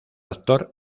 actor